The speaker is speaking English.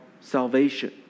salvation